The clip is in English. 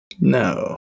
No